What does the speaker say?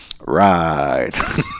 Right